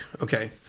okay